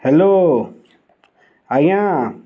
hello ଆଜ୍ଞା